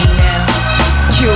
now